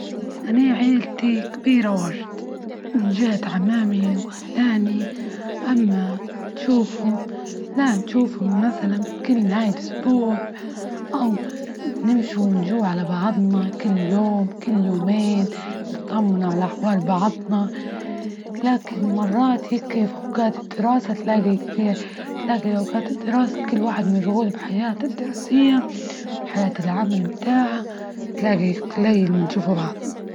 أنا عيلتي كبيرة واجد، من جهة إعمامي وخلاني أما تشوفهم لا نشوفهم مثلا بكل نهاية إسبوع أو نمشوا ونجوا على بعضنا كل يوم كل يومين، نطمن على أحوال بعضنا، لكن أوجات الدراسة تلاقي فيها تلاقي أوقات الدراسة كل واحد مشغول بحياته الدراسية، وحياة العمل بتاعها تلاقي قليل من أما نشوفوا بعضن.